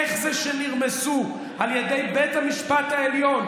איך זה שנרמסו על ידי בית המשפט העליון